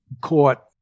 court